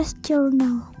journal